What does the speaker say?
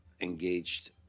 engaged